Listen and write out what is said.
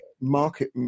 market